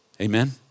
Amen